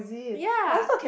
yea